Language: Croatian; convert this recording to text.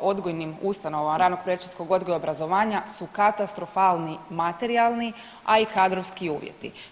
odgojnim ustanovama ranog predškolskog odgoja i obrazovanja su katastrofalni materijalni a i kadrovski uvjeti.